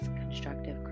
constructive